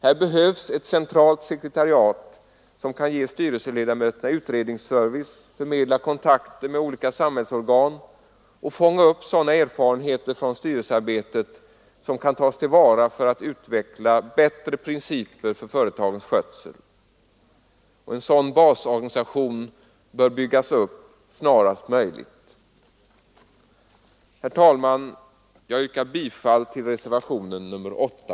Här behövs ett centralt sekretariat, som kan ge styrelseledamöterna utredningsservice, förmedla kontakter med olika samhällsorgan och fånga upp sådana erfarenheter från styrelsearbetet som kan tas till vara för att utveckla bättre principer för företagens skötsel. En sådan basorganisation bör byggas upp snarast. Herr talman! Jag yrkar bifall till reservationen 8.